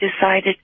decided